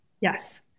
Yes